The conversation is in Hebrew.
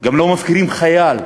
גם לא מפקירים חייל.